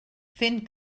fent